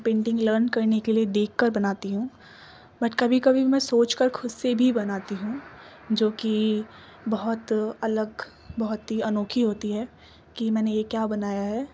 painting learn کرنے کے لیے دیکھ کر بناتی ہوں بٹ کبھی کبھی میں سوچ کر خود سے بھی بناتی ہوں جو کہ بہت الگ بہت ہی انوکھی ہوتی ہے کہ میں نے یہ کیا بنایا ہے